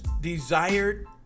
desired